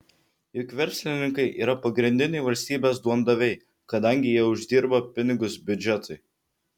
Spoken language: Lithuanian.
juk verslininkai yra pagrindiniai valstybės duondaviai kadangi jie uždirba pinigus biudžetui